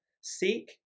Seek